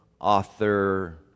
author